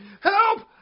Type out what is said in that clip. help